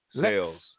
Sales